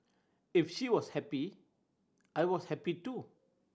if she was happy I was happy too